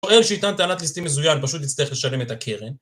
פועל שייטען טענת ליסטים מזויין פשוט יצטרך לשלם את הקרן